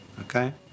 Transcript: Okay